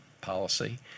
policy